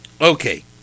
Okay